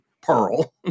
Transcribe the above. Pearl